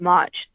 March